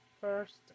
First